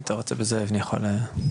אם אתה רוצה בזה אני יכול לסייע.